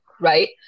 right